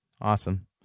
Awesome